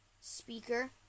speaker